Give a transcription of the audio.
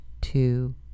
two